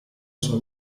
sua